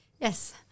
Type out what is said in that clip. Yes